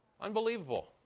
Unbelievable